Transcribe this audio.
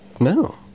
no